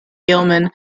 gilman